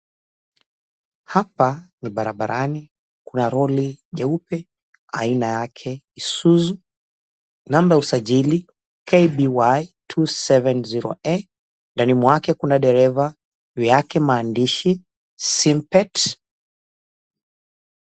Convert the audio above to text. Hapa ni barabarani. Kuna lori jeupe, aina yake Isuzu, namba ya usajili KDY 270 A. Ndani mwake kuna dereva. Juu yake maandishi Simpet .